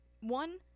one